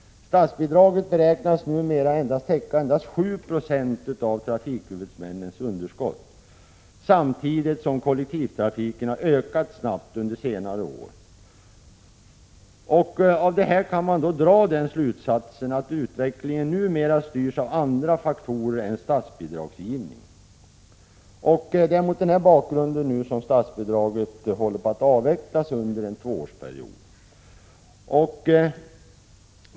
Statsbidraget beräknas numer täcka endast 7 96 av trafikhuvudmännens underskott, samtidigt som kollektivtrafiken har ökat snabbt under senare år. Av detta kan man dra den slutsatsen att utvecklingen numera styrs av andra faktorer än statsbidragsgivning. Det är mot den bakgrunden som statsbidraget håller på att avvecklas under en tvåårsperiod.